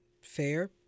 Fair